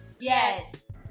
Yes